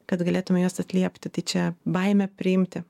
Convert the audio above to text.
kad galėtume juos atliepti tai čia baimė priimti